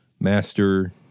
master